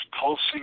pulsing